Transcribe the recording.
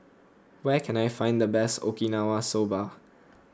where can I find the best Okinawa Soba